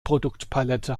produktpalette